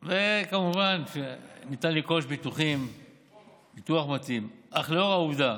כמובן, ניתן לרכוש ביטוח מתאים, אך לאור העובדה